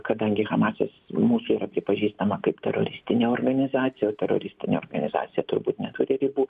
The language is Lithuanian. kadangi hamasas mūsų yra pripažįstama kaip teroristinė organizacija o teroristinė organizacija turbūt neturi ribų